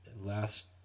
last